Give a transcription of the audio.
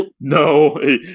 No